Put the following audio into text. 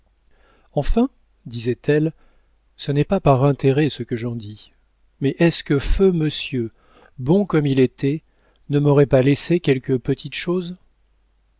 enfin disait-elle ce n'est pas par intérêt ce que j'en dis mais est-ce que feu monsieur bon comme il était ne m'aurait pas laissé quelque petite chose